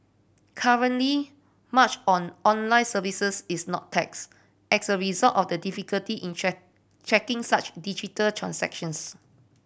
currently much on online services is not taxed as a result of the difficulty in tracking such digital transactions